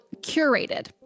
curated